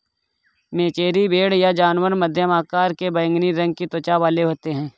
मेचेरी भेड़ ये जानवर मध्यम आकार के बैंगनी रंग की त्वचा वाले होते हैं